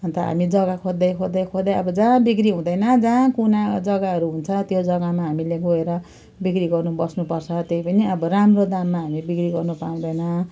अन्त हामी जग्गा खोज्दै खोज्दै खोज्दै अब जहाँ बिक्री हुँदैन जहाँ कुना जग्गाहरू हुन्छ त्यो जग्गामा हामीले गएर बिक्री गर्नु बस्नुपर्छ त्यही पनि अब राम्रो दाममा हामी बिक्री गर्नु पाउँदैन